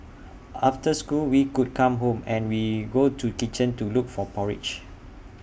after school we could come home and we go to kitchen to look for porridge